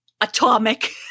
atomic